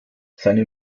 seine